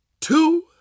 two